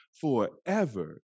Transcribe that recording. forever